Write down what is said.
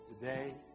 Today